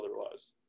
otherwise